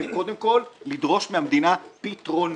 וקודם כול לדרוש מהמדינה פת-רו-נות.